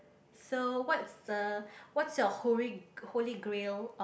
so what's the what's your holy holy grall of